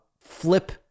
flip